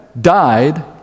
died